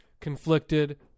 Conflicted